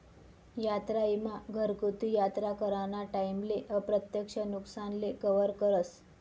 यात्रा ईमा घरगुती यात्रा कराना टाईमले अप्रत्यक्ष नुकसानले कवर करस